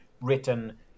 written